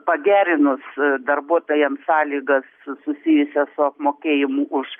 pagerinus darbuotojams sąlygas susijusias su apmokėjimu už